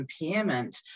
impairment